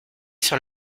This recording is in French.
sur